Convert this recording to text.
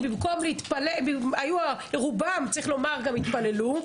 רובם התפללו,